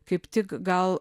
kaip tik gal